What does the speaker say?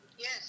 yes